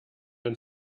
ein